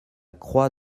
croix